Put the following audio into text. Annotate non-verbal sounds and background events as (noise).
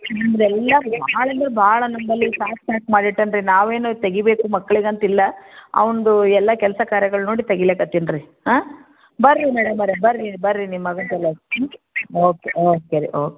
ನಿಮ್ಮದೆಲ್ಲ ಭಾಳ ಅಂದರೆ ಭಾಳ ನಮ್ಮಲ್ಲಿ (unintelligible) ಮಾಡಿಟ್ಟಾನೆ ರೀ ನಾವೇನು ತೆಗೀಬೇಕು ಮಕ್ಕಳಿಗಂತಿಲ್ಲ ಅವ್ನದ್ದು ಎಲ್ಲ ಕೆಲಸ ಕಾರ್ಯಗಳು ನೋಡಿ ತೆಗೀಲಕತ್ತೀನಿ ರೀ ಆಂ ಬನ್ರಿ ಮೇಡಮರೇ ಬನ್ರಿ ಬನ್ರಿ ನಿಮ್ಮ ಮಗನ ಸಲ್ವಾಗಿ ಹ್ಞೂ ಓಕೆ ಓಕೆ ರೀ ಓಕೆ